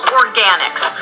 organics